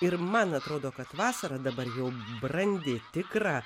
ir man atrodo kad vasara dabar jau brandi tikra